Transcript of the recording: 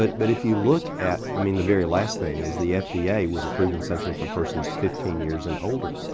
but but if you look at i mean the very last thing is the fda yeah was approving something for persons fifteen years and older.